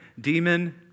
demon